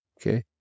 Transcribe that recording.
Okay